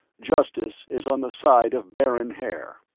justice is on the side of baron haer.